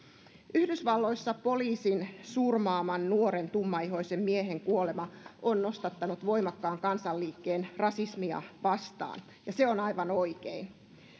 yhdysvalloissa poliisin surmaaman nuoren tummaihoisen miehen kuolema on nostattanut voimakkaan kansanliikkeen rasismia vastaan ja se on aivan oikein